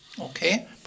Okay